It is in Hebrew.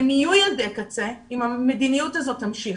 והם יהיו ילדי קצה אם המדיניות הזאת תמשיך.